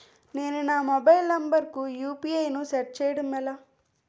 నేను నా mobile number కుయు.పి.ఐ ను సెట్ చేయడం ఎలా?